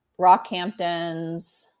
Rockhamptons